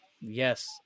Yes